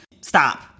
Stop